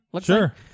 Sure